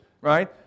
Right